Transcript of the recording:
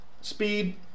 Speed